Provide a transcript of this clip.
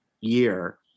year